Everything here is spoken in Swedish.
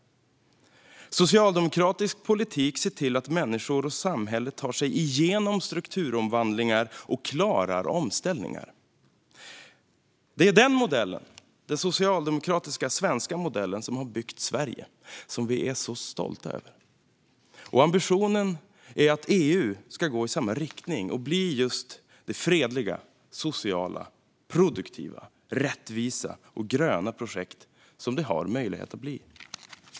Socialdemokratisk politik ser till att människor och samhälle tar sig igenom strukturomvandlingar och klarar omställningar. Det är denna modell - den socialdemokratiska svenska modellen - som har byggt Sverige, som vi är så stolta över. Ambitionen är att EU ska gå i samma riktning och bli det fredliga, sociala, produktiva, rättvisa och gröna projekt som det har möjlighet att bli.